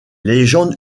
légendes